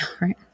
right